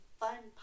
fun